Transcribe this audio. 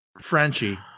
Frenchie